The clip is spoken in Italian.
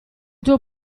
tuo